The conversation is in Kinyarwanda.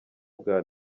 bwa